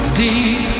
deep